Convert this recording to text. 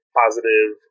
positive